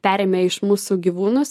perėmė iš mūsų gyvūnus